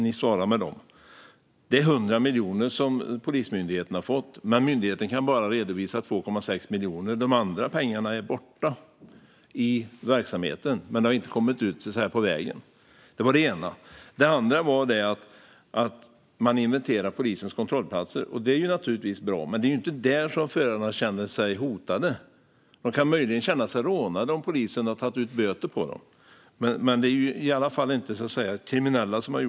Polismyndigheten har fått 100 miljoner, men myndigheten kan bara redovisa 2,6 miljoner. De andra pengarna är borta i verksamheten, men de har inte kommit ut "på vägen". Det var det ena. Det andra svaret var att man inventerar polisens kontrollplatser. Det är naturligtvis bra, men det är ju inte där som förarna känner sig hotade. De kan möjligen känna sig rånade om polisen har gett dem böter. Men det är i alla fall inte fråga om kriminella här.